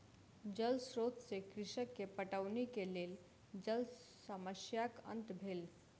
जल स्रोत से कृषक के पटौनी के लेल जल समस्याक अंत भेल